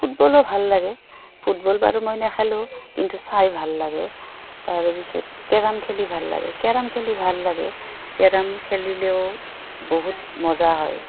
ফুটবলো ভাল লাগে ফুটবল বাৰো মই নেখেলোঁ কিন্তু চাই ভাল লাগে তাৰপিছত কেৰম খেলি ভাল লাগে কেৰম খেলি ভাল লাগে কেৰম খেলিলেও বহুত মজা হয়